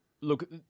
Look